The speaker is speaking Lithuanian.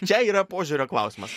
čia yra požiūrio klausimas